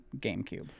gamecube